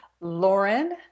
Lauren